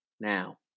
now